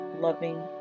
loving